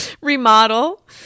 Remodel